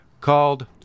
called